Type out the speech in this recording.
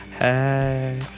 Hey